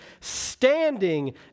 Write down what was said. standing